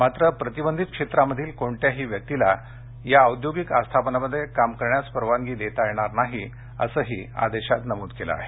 मात्र प्रतिबंधित सांसर्गिक क्षेत्र मधील कोणत्याही व्यक्तीला या औद्योगिक आस्थापनामध्ये काम करण्यास परवानगी देता येणार नाही असेही आदेशात नमुद करण्यात आले आहे